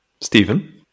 Stephen